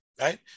right